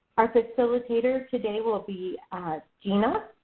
our facilitator today will will be jeana.